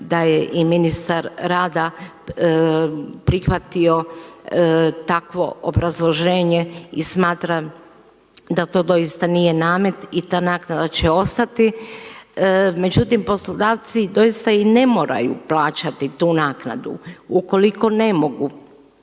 da je i ministar rada prihvatio takvo obrazloženje i smatram da to doista nije namet. I ta naknada će ostati. Međutim, poslodavci doista i ne moraju plaćati tu naknadu ukoliko ne mogu